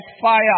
fire